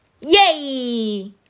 Yay